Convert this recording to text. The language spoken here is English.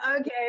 okay